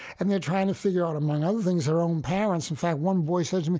and they're trying to figure out, among other things, their own parents. in fact, one boy said to me,